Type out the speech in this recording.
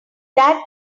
that